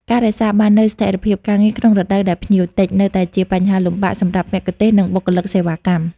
ការរក្សាបាននូវស្ថិរភាពការងារក្នុងរដូវដែលភ្ញៀវតិច នៅតែជាបញ្ហាលំបាកសម្រាប់មគ្គុទ្ទេសក៍ និងបុគ្គលិកសេវាកម្ម។